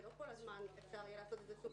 כדי שלא כל הזמן אפשר יהיה לעשות את זה.